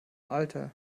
alter